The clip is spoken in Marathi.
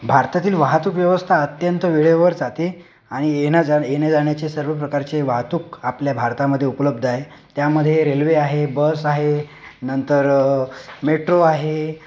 भारतातील वाहतूक व्यवस्था अत्यंत वेळेवर जाते आणि येण्याजाण येण्याजाण्याचे सर्व प्रकारचे वाहतूक आपल्या भारतामधे उपलब्ध आहे त्यामध्ये रेल्वे आहे बस आहे नंतर मेट्रो आहे